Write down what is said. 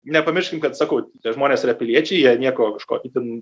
nepamirškim kad sakau tie žmonės yra piliečiai jie nieko kažko itin